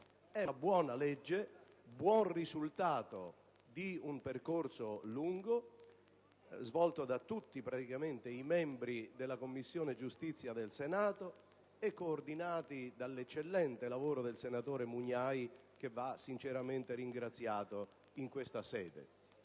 È una buona legge, il buon risultato di un percorso lungo, svolto praticamente da tutti i membri della Commissione giustizia del Senato, coordinati dall'eccellente lavoro del senatore Mugnai, che va sinceramente ringraziato in questa sede.